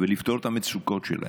ולפתור את המצוקות שלהם.